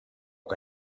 que